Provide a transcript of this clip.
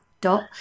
Dot